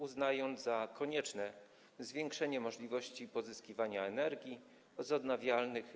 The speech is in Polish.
Uznaję za konieczne zwiększenie możliwości pozyskiwania energii ze źródeł odnawialnych.